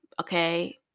okay